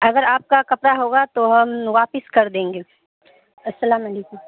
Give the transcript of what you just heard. اگر آپ کا کپڑا ہوگا تو ہم واپس کر دیں گے السلام علیکم